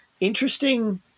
interesting